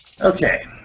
Okay